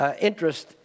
Interest